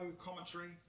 commentary